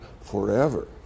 forever